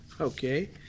Okay